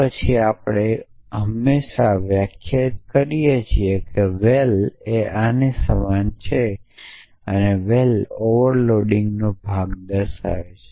પછી આપણે હંમેશાં વ્યાખ્યાયિત કરીએ છીએ કે val આને સમાન છે અને val ઓવરલોડિંગનો ભાગ દર્શાવે છે